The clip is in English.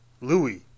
Louis